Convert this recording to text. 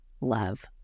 love